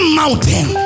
mountain